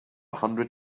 hundred